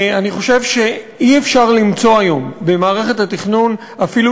אני חושב שאי-אפשר למצוא היום במערכת התכנון אפילו